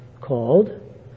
called